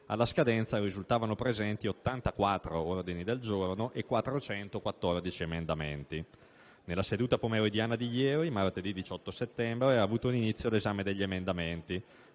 Alla scadenza risultavano presenti 84 ordini del giorno e 414 emendamenti. Nella seduta pomeridiana di ieri, martedì 18 settembre, ha avuto inizio l'esame degli emendamenti,